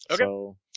Okay